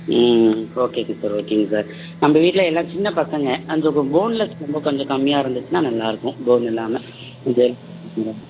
ம் ம் ஓகேங்க சார் ஓகேங்க சார் நம்ப வீட்டில எல்லாம் சின்ன பசங்க அந்த போ போன்லெஸ் வந்து கொஞ்சம் கம்மியாக இருந்துச்சுன்னா நல்லாருக்கும் போன் இல்லாமல் வந்து அதான்